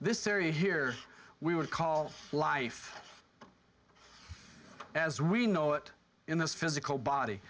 this area here we would call life as we know it in this physical body